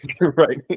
right